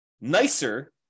nicer